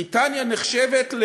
בריטניה נחשבת,